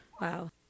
wow